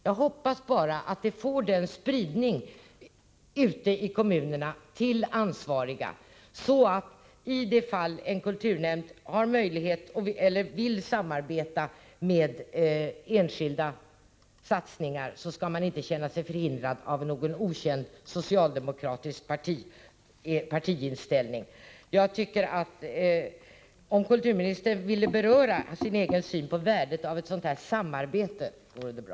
Jag hoppas bara att det sprids till ansvariga ute i kommunerna, så att en kulturnämnd som vill medverka i enskilda satsningar inte skall känna sig förhindrad av någon okänd socialdemokratisk partiinställning. Om kulturministern ville beröra sin egen syn på värdet av sådant samarbete vore det bra.